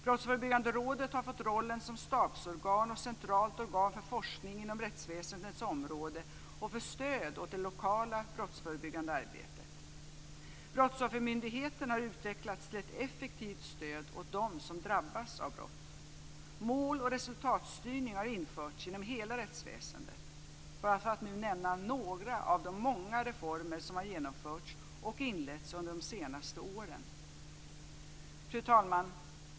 Brottsförebyggande rådet har fått rollen som stabsorgan och centralt organ för forskning inom rättsväsendets område och för stöd åt det lokala brottsförebyggande arbetet. Brottsoffermyndigheten har utvecklats till ett effektivt stöd åt dem som drabbats av brott. Mål och resultatstyrning har införts inom hela rättsväsendet. Detta var några av de många reformer som har genomförts och inletts under de senaste åren. Fru talman!